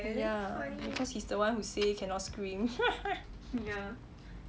ya because he's the one who say cannot scream